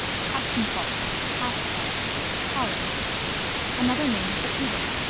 katzenkopf, cat's head holland another name for edam.